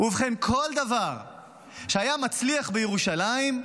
ובכן, כל דבר שהיה מצליח בירושלים,